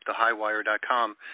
thehighwire.com